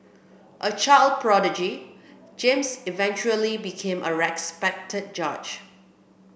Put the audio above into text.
a child prodigy James eventually became a respected judge